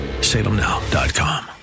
Salemnow.com